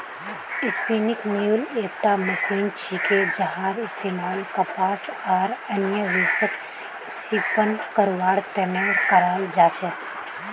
spinning mule एकटा machine छिके जहार इस्तमाल कपास आर अन्य रेशक स्पिन करवार त न कराल जा छेक